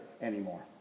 anymore